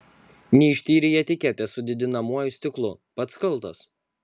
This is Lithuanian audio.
neištyrei etiketės su didinamuoju stiklu pats kaltas